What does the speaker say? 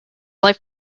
life